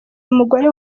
umugore